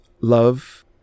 Love